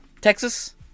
Texas